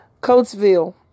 Coatesville